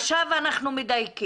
עכשיו אנחנו מדייקים.